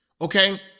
Okay